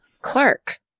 Clark